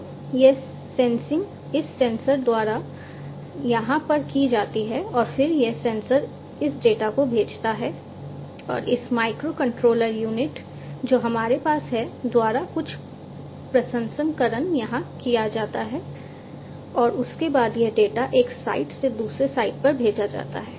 तो यह सैसिंग इस सेंसर द्वारा यहां पर की जाती है और फिर यह सेंसर इस डेटा को भेजता है और इस माइक्रोकंट्रोलर यूनिट जो हमारे पास है द्वारा कुछ प्रसंस्करण यहां किया जाता है और उसके बाद यह डेटा एक साइट से दूसरी साइट पर भेजा जाता है